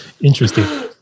Interesting